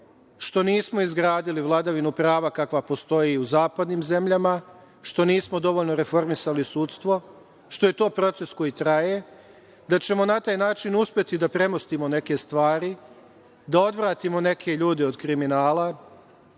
što nismo izgradili vladavinu prava kakva postoje i u zapadnim zemljama, što nismo dovoljno reformisali sudstvo, što je to proces koji traje, da ćemo na taj način uspeti da premostimo neke stvari, da odvratimo neke ljude od kriminala,